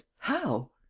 how?